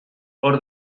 hor